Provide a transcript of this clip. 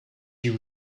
you